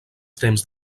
temps